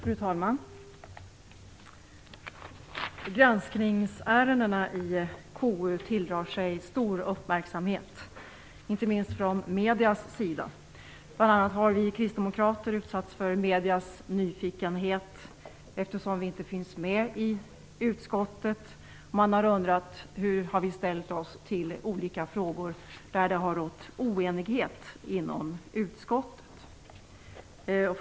Fru talman! Granskningsärendena i KU tilldrar sig en stor uppmärksamhet, inte minst från mediernas sida. Bl.a. har vi kristdemokrater utsatts för mediernas nyfikenhet, eftersom vi inte finns med i utskottet. Man har undrat hur vi har ställt oss till olika frågor där det har rått oenighet inom utskottet.